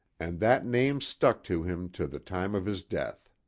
and that name stuck to him to the time of his death.